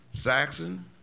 Saxon